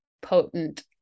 potent